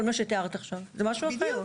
כל מה שתיארת עכשיו, זה משהו אחר.